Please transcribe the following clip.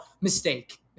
mistake